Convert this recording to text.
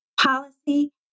policy